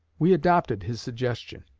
we adopted his suggestion,